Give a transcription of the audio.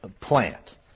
plant